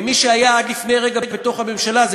ממי שהיה עד לפני רגע בתוך הממשלה זה